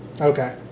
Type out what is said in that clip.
Okay